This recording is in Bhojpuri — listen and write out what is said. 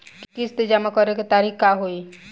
किस्त जमा करे के तारीख का होई?